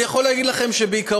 אני יכול להגיד לכם שבעיקרון,